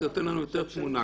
זה נותן לנו כרגע יותר תמונה.